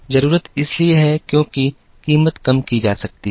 जरूरत इसलिए है क्योंकि कीमत कम की जा सकती है